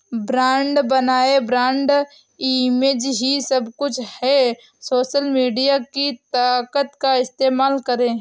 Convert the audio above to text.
brand बनाएं, brand image ही सब कुछ है, सोशल मीडिया की ताकत का इस्तेमाल करें